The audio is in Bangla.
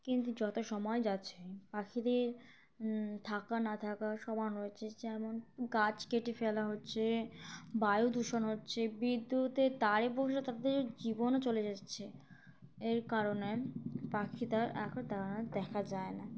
কিন্তু যত সময় যাচ্ছে পাখিদের থাকা না থাকা সমান রয়েছে যেমন গাছ কেটে ফেলা হচ্ছে বায়ু দূষণ হচ্ছে বিদ্যুতে তারে বসে তাদের জীবনও চলে যাচ্ছে এর কারণে পাখি তার এখন দেখা যায় না